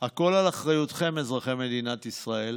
הכול על אחריותכם, אזרחי מדינת ישראל.